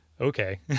okay